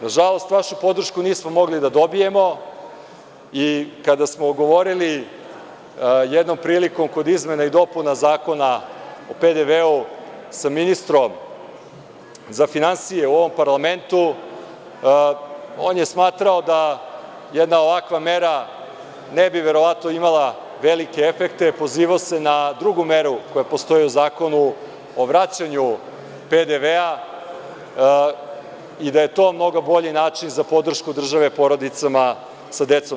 Nažalost, vašu podršku nismo mogli da dobijemo i kada smo govorili jednom prilikom kod izmena i dopuna Zakona o PDV sa ministrom za finansije u ovom parlamentu, on je smatrao da jedna ovakva mera ne bi verovatno imala velike efekte, pozivao se na drugu meru koja postoji u Zakonu o vraćanju PDV i da je to mnogo bolji način za podršku države porodicama sa decom.